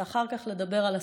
ואחר כך לדבר על הסמוי.